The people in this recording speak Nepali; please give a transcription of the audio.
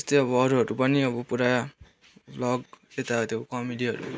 त्यस्तै अब अरूहरू पनि अब पुरा भ्लग यता त्यो कमेडीहरू